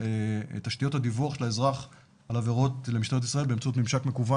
תשתיות הדיווח של האזרח על עבירות למשטרת ישראל באמצעות ממשק מקוון.